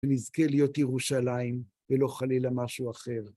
ונזכה להיות ירושלים ולא חלילה משהו אחר.